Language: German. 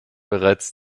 bereits